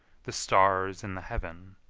the stars in the heaven,